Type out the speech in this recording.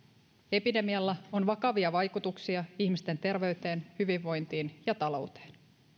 epidemialla on vakavia vaikutuksia ihmisten terveyteen hyvinvointiin ja talouteen